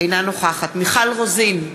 אינה נוכחת מיכל רוזין,